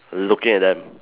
looking at them